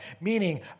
meaning